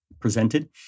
presented